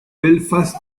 belfast